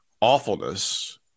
awfulness